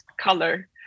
color